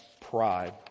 pride